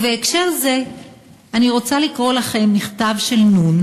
ובהקשר זה אני רוצה לקרוא לכם מכתב של נ',